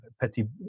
petty